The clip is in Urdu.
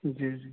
جی جی